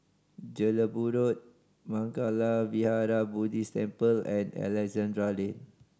Jelebu Road Mangala Vihara Buddhist Temple and Alexandra Lane